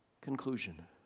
conclusion